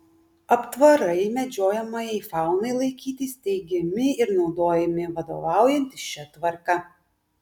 aptvarai medžiojamajai faunai laikyti steigiami ir naudojami vadovaujantis šia tvarka